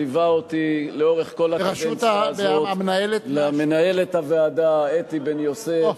שליווה אותי לאורך כל הקדנציה הזאת: למנהלת הוועדה אתי בן-יוסף,